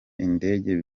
indege